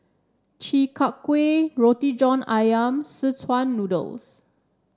Chi Kak Kuih Roti John ayam Szechuan Noodles